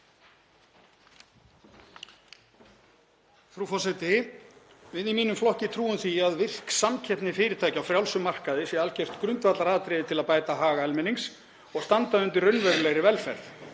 Frú forseti. Við í mínum flokki trúum því að virk samkeppni fyrirtækja á frjálsum markaði sé algjört grundvallaratriði til að bæta hag almennings og standa undir raunverulegri velferð.